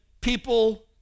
people